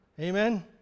Amen